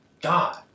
God